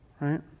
right